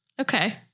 okay